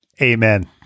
Amen